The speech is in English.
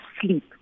sleep